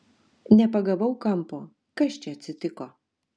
nepagavau kampo kas čia atsitiko